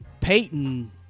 Peyton